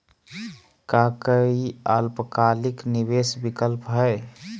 का काई अल्पकालिक निवेस विकल्प हई?